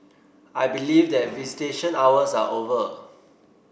I believe that visitation hours are over